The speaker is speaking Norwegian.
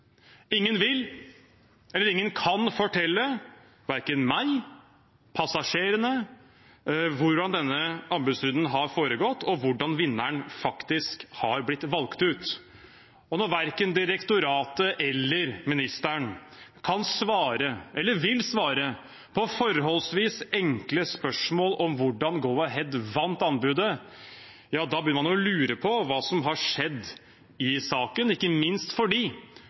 Ingen vil, eller ingen kan, fortelle verken meg eller passasjerene hvordan denne anbudsrunden har foregått, og hvordan vinneren faktisk har blitt valgt ut. Og når verken direktoratet eller samferdselsministeren kan svare, eller vil svare, på forholdsvis enkle spørsmål om hvordan Go-Ahead vant anbudet, da begynner man å lure på hva som har skjedd i saken, ikke minst